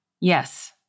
Yes